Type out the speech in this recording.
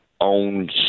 own